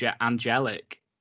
angelic